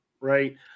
right